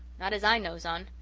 not as i knows on.